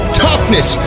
toughness